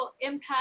Impact